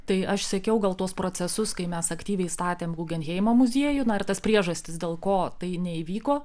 tai aš sekiau gal tuos procesus kai mes aktyviai statėm guggenheimo muziejų na ir tas priežastis dėl ko tai neįvyko